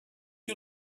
you